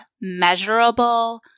measurable